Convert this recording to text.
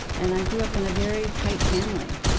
and i grew up in a very tight family